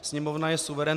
Sněmovna je suverén.